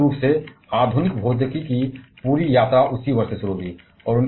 और मूल रूप से आधुनिक भौतिकी की पूरी यात्रा उसी वर्ष से शुरू हुई थी